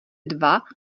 dva